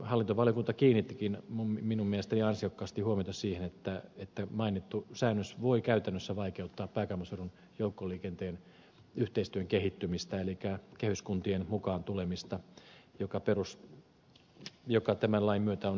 hallintovaliokunta kiinnittikin minun mielestäni ansiokkaasti huomiota siihen että mainittu säännös voi käytännössä vaikeuttaa pääkaupunkiseudun joukkoliikenteen yhteistyön kehittymistä elikkä kehyskuntien mukaan tulemista joka tämän lain myötä on sitten sopimusteitse mahdollista